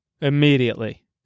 Immediately